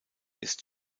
ist